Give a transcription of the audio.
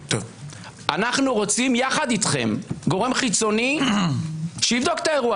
אנחנו רוצים יחד אתכם גורם חיצוני שיבדוק את האירוע